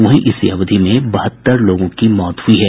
वहीं इसी अवधि में बहत्तर लोगों की मौत हुई है